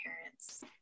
parents